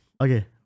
Okay